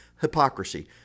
hypocrisy